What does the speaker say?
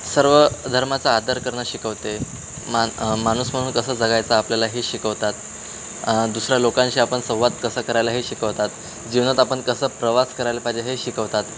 सर्व धर्माचा आदर करणं शिकवते मान माणूस म्हणून कसं जगायचं आपल्याला हे शिकवतात दुसऱ्या लोकांशी आपण संवाद कसं करायला हे शिकवतात जीवनात आपण कसं प्रवास करायला पाहिजे हे शिकवतात